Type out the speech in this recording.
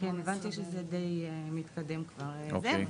כן הבנתי שזה במצב מתקדם מאוד.